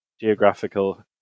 geographical